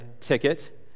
ticket